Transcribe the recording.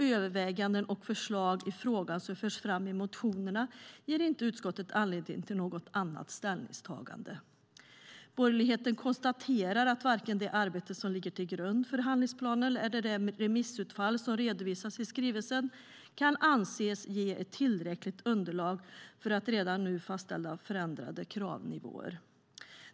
Överväganden och förslag i frågan som förs fram i motionerna ger inte utskottet anledning till något annat ställningstagande. Borgerligheten konstaterar att varken det arbete som ligger till grund för handlingsplanen eller det remissutfall som redovisas i skrivelsen kan anses ge ett tillräckligt underlag för att redan nu fastställa förändrade kravnivåer.